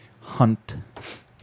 Hunt